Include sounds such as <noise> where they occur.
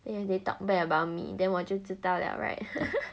then they talk bad about me then 我就知道了 [right] <laughs>